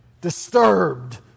disturbed